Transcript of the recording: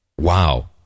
wow